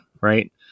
right